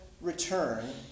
return